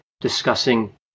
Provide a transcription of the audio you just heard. discussing